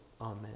amen